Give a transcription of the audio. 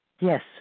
Yes